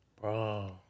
Bro